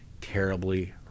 terribly